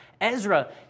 Ezra